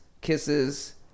kisses